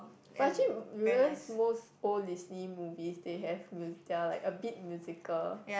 but actually you realise most old Disney movies they have the they're like a bit musical